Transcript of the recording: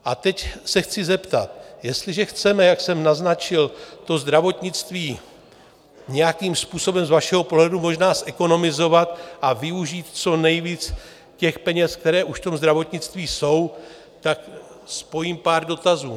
A teď se chci zeptat: Jestliže chceme, jak jsem naznačil, to zdravotnictví nějakým způsobem z vašeho pohledu možná zekonomizovat a využít co nejvíc těch peněz, které už v tom zdravotnictví jsou, tak spojím pár dotazů.